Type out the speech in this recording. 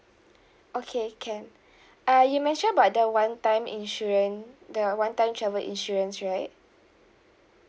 okay can uh you mention about the one time insurance the one time travel insurance right